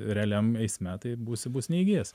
realiam eisme tai būsi būsi neįgyjęs